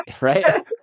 Right